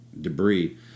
debris